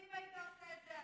דודי, ואם אתה היית עושה את זה?